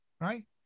right